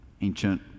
ancient